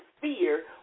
fear